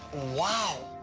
wow!